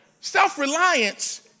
Self-reliance